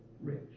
rich